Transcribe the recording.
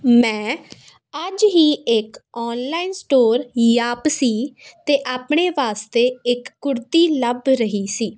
ਮੈਂ ਅੱਜ ਹੀ ਇੱਕ ਆਨਲਾਈਨ ਸਟੋਰ ਯਾਪਸੀ 'ਤੇ ਆਪਣੇ ਵਾਸਤੇ ਇੱਕ ਕੁੜਤੀ ਲੱਭ ਰਹੀ ਸੀ